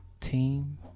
team